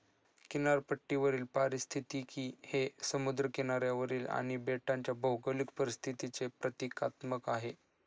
किनारपट्टीवरील पारिस्थितिकी हे समुद्र किनाऱ्यावरील आणि बेटांच्या भौगोलिक परिस्थितीचे प्रतीकात्मक आहे